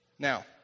Now